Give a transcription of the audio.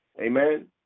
Amen